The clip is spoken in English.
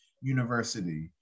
University